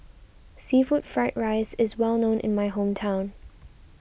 Seafood Fried Rice is well known in my hometown